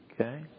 Okay